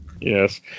Yes